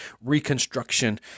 reconstruction